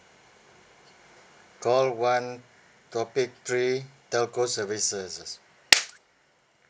call one topic three telco services